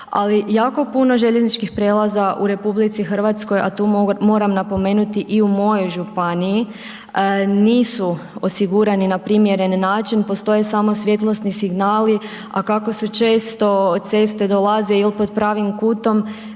ali jako puno željezničkih prijelaza u RH a to moram napomenuti, i u mojoj županiji, nisu osigurani na primjeren način, postoje samo svjetlosni signali a kako su često ceste, dolaze ili pod pravom kutom,